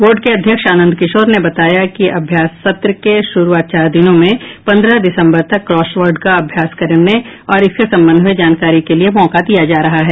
board के अध्यक्ष आनंद किशोर ने बताया कि अभ्यास सत्र के शुरूआत चार दिनों में पंद्रह दिसंबर तक क्रॉसवर्ड का अभ्यास करने और इसके संबंध में जानकारी के लिये मौका दिया जा रहा है